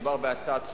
מדובר בהצעת חוק,